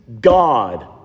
God